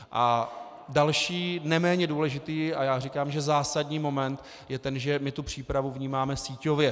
A další nejméně důležitý a já říkám, že zásadní moment je ten, že my tu přípravu vnímáme síťově.